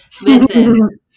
Listen